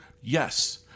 Yes